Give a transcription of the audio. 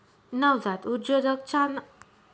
नवजात उद्योजकतामा सुरवातले कमी फायदा भेटस